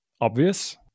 obvious